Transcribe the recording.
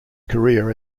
career